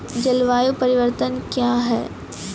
जलवायु परिवर्तन कया हैं?